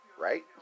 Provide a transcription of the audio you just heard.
Right